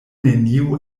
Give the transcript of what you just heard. neniu